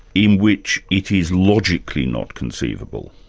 in which it is logically not conceivable?